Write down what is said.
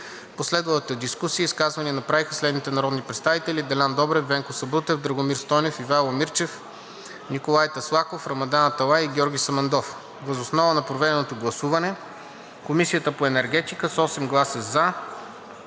последвалата дискусия изказвания направиха следните народни представители – Делян Добрев, Венко Сабрутев, Драгомир Стойнев, Ивайло Мирчев, Николай Таслаков, Рамадан Аталай и Георги Самандов. Въз основа на проведеното гласуване Комисията по енергетика с 8 гласа